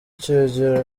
cyagera